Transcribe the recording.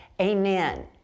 amen